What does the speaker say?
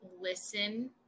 listen